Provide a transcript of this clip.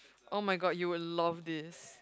[oh]-my-god you would love this